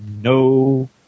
No